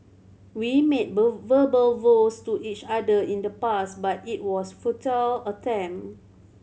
we made verbal vows to each other in the past but it was futile attempt